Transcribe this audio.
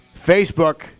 Facebook